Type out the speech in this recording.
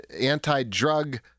anti-drug